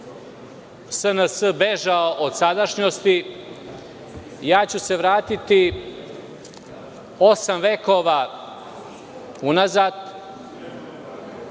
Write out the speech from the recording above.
SNS bežala od sadašnjosti, ja ću se vratiti osam vekova unazad.